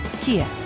Kia